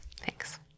Thanks